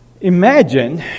Imagine